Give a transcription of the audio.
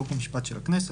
חוק ומשפט של הכנסת,